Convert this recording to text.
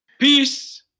Peace